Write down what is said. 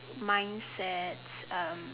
mindsets um